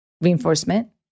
reinforcement